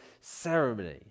ceremony